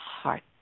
heart